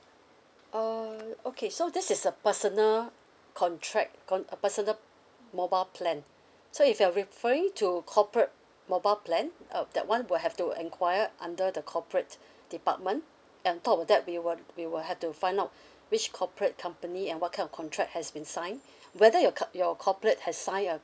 uh okay so this is a personal contract con~ a personal mobile plan so if you're referring to corporate mobile plan uh that one will have to enquire under the corporate department on top of that we will we will have to find out which corporate company and what kind of contract has been signed whether your com~ your corporate has signed a